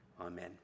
Amen